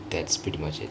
that's pretty much it